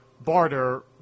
barter